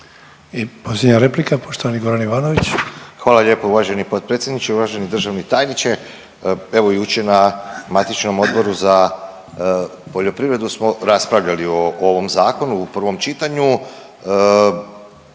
I posljednja replika poštovani Goran Ivanović. **Ivanović, Goran (HDZ)** Hvala lijepo uvaženi potpredsjedniče. Uvaženi državni tajniče, evo jučer na matičnom Odboru za poljoprivredu smo raspravljali o ovom zakonu u prvom čitanju